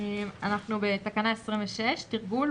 "תרגול,